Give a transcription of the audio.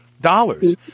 dollars